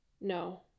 No